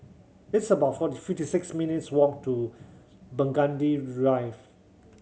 it's about forty fifty six minutes' walk to Burgundy Drive